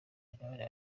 intore